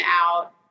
out